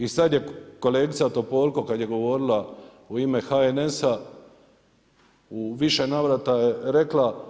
I sad je kolegica Topolko kad je govorila u ime HNS-a, u više navrata je rekla